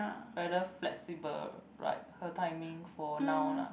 whether flexible right her timing for now lah